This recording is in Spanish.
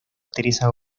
teresa